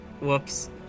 Whoops